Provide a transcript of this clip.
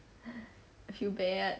I feel bad